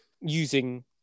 using